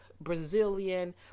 Brazilian